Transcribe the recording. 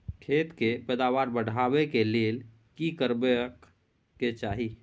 खेत के पैदावार बढाबै के लेल की करबा के चाही?